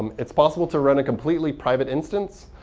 it's possible to run a completely private instance.